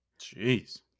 Jeez